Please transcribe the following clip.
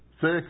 six